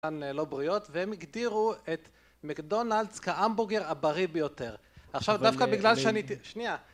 גם לא בריאות והם הגדירו את מקדונלדס כהמבוגר הבריא ביותר. עכשיו דווקא בגלל שאני... שנייה..